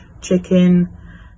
chicken